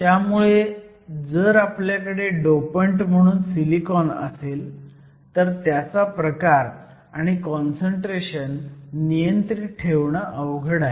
त्यामुळे जर आपल्याकडे डोपंट म्हणून सिलिकॉन असेल तर त्याचा प्रकार आणि काँसंट्रेशन नियंत्रित ठेवणं अवघड आहे